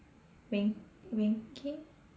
Wen~ Wen Kin